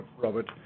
Robert